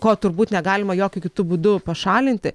ko turbūt negalima jokiu kitu būdu pašalinti